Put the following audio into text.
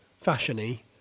fashion-y